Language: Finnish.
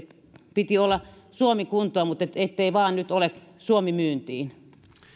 piti olla suomi kuntoon mutta ettei vain nyt ole suomi myyntiin